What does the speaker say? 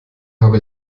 habe